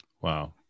wow